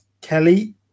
Kelly